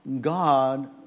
God